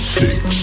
six